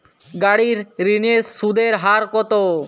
গাড়ির ঋণের সুদের হার কতো?